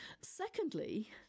Secondly